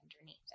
underneath